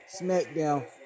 SmackDown